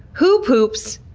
who poops?